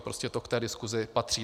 Prostě to k té diskusi patří.